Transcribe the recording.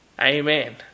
Amen